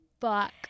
fuck